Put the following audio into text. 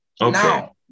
Now